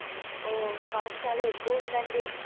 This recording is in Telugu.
ఓ కాస్ట్ చాలా ఎక్కువ ఉందండి